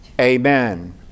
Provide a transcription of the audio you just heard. amen